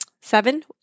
seven